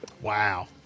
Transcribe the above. Wow